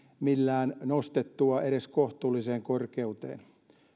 millään nostettua edes kohtuulliseen korkeuteen